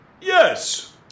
Yes